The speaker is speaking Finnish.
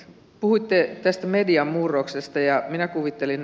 puitteet tästä median murroksesta ja minä kuvittelin